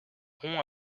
rond